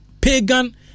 pagan